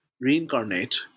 Reincarnate